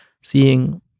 seeing